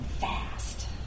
fast